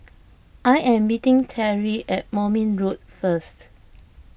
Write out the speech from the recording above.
I am meeting Terry at Moulmein Road first